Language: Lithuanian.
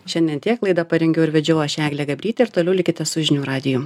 šiandien tiek laidą parengiau ir vedžiau aš eglė gabrytė ir toliau likite su žinių radiju